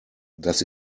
das